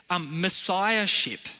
Messiahship